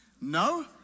No